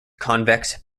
convex